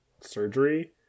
surgery